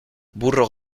burro